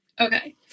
Okay